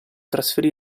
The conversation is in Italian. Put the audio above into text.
trasferì